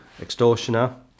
extortioner